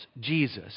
Jesus